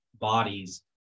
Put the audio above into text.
bodies